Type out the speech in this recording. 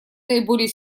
наиболее